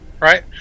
right